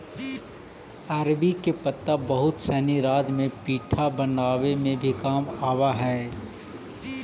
अरबी के पत्ता बहुत सनी राज्य में पीठा बनावे में भी काम आवऽ हई